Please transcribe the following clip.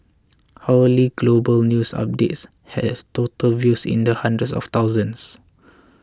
hourly global news updates had total views in the hundreds of thousands